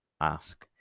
ask